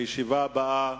הישיבה הבאה